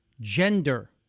gender